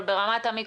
אבל ברמת המיקרו,